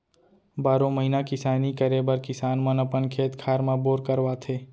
बारो महिना किसानी करे बर किसान मन अपन खेत खार म बोर करवाथे